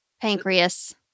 Pancreas